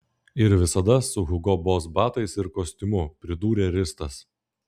ir visada su hugo boss batais ir kostiumu pridūrė ristas